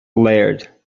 laird